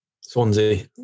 Swansea